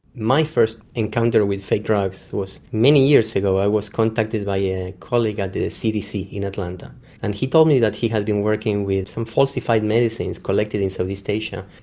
my first encounter with fake drugs was many years ago. i was contacted by a colleague at the cdc in atlanta and he told me that he had been working with some falsified medicines collected in southeast asia,